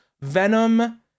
Venom